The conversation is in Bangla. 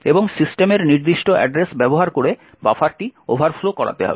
এবং সিস্টেমের নির্দিষ্ট অ্যাড্রেস ব্যবহার করে বাফারটি ওভারফ্লো করাতে হবে